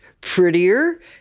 prettier